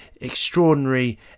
extraordinary